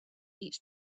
each